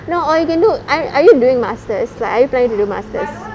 no or you can do ar~ are you doing masters like are you planning to do masters